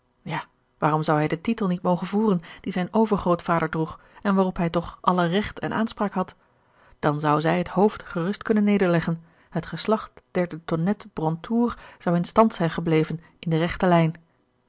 ja waarom zou hij den titel niet mogen voeren dien zijn overgrootvader droeg en waarop hij toch alle recht en aanspraak had dan zou zij het hoofd gerust kunnen nederleggen het geslacht der de tonnettes brantour zou in stand zijn gebleven in de rechte lijn